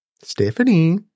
Stephanie